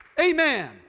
Amen